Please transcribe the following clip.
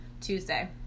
Tuesday